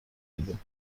بودیم